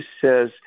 says